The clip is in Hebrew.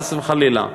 חס וחלילה.